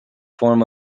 form